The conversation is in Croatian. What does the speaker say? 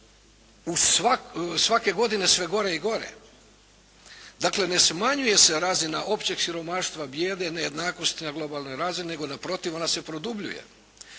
svake godine sve gore i gore. Dakle, ne smanjuje se razina općeg siromaštva, bijede, nejednakosti na globalnoj razini, nego na protiv, ona se produbljuje,